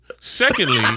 Secondly